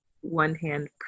one-hand